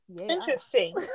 Interesting